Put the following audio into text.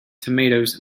tomatoes